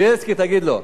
בילסקי, תגיד לו.